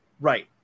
Right